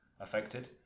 affected